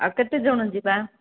ଆଉ କେତେଜଣ ଯିବା